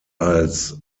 als